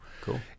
Cool